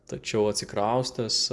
tačiau atsikraustęs